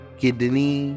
kidney